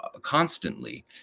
Constantly